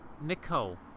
Nicole